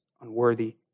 Unworthy